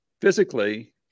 physically